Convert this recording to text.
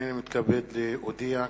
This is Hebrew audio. הנני מתכבד להודיעכם,